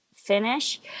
finish